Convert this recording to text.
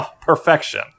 perfection